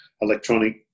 electronic